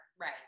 Right